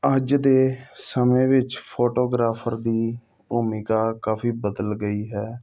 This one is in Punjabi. ਅੱਜ ਦੇ ਸਮੇਂ ਵਿੱਚ ਫੋਟੋਗ੍ਰਾਫਰ ਦੀ ਭੂਮਿਕਾ ਕਾਫੀ ਬਦਲ ਗਈ ਹੈ